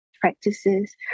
practices